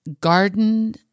garden